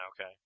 Okay